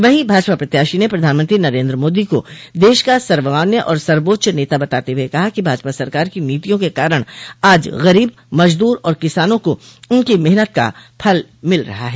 वहीं भाजपा प्रत्याशी ने प्रधानमंत्री नरेन्द्र मोदी को देश का सर्वमान्य और सर्वोच्च नेता बताते हुए कहा कि भाजपा सरकार की नीतियों के कारण आज गरीब मजदूर और किसानों को उनकी मेहनत का फल मिल रहा है